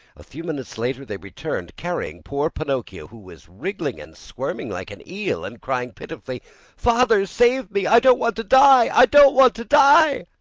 a few minutes later they returned, carrying poor pinocchio, who was wriggling and squirming like an eel and crying pitifully father, save me! i don't want to die! i don't want to die!